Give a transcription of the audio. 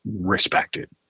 respected